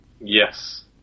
Yes